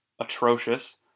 atrocious